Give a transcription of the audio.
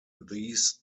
these